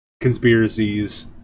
conspiracies